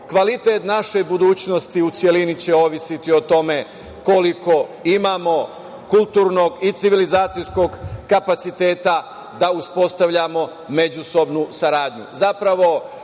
kvalitet naše budućnosti u celini će ovisiti o tome koliko imamo kulturnog i civilizacijskog kapaciteta da uspostavljamo međusobnu saradnju. Zapravo,